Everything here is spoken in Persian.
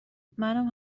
منم